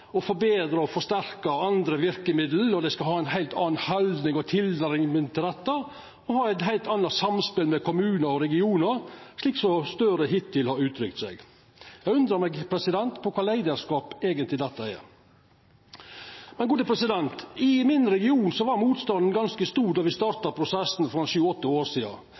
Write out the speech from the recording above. å forbetra og forsterka andre verkemiddel, at dei skal ha ei heilt anna haldning og tilnærming til dette, og at dei skal ha eit heilt anna samspel med kommunar og regionar, slik representanten Gahr Støre hittil har uttrykt seg. Eg undrar meg på kva leiarskap dette eigentleg er. I min region var motstanden ganske stor då me starta prosessen for sju–åtte år sidan.